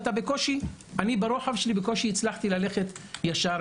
אני ברוחב שלי בקושי הצלחתי ללכת ישר,